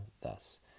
thus